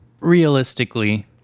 Realistically